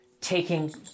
taking